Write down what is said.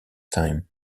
time